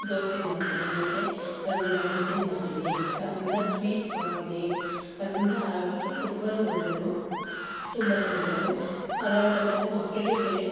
ದೋಸೆ ಮಾಡ್ತೀನಿ ಮತ್ತು ಅದರಿಂದ ಮುದ್ದೆ ಮಾಡ್ತೀನಿ ಅದರಿಂದ ಸ್ವೀಟ್ ಮಾಡ್ತೀನಿ ಅದರಿಂದ ಆರೋಗ್ಯಕ್ಕೆ ತುಂಬನೇ ಒಳ್ಳೆಯದು ತುಂಬನೇ ಒಳ್ಳೆಯದು ಅದಲ್ಲದಂತನೇ ಮಕ್ಕಳಿಗೆ ಬೇರೆ